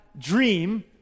Dream